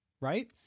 right